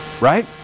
right